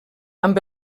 amb